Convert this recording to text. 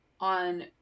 on